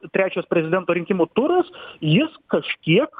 trečias prezidento rinkimų turas jis kažkiek